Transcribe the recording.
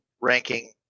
ranking